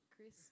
Chris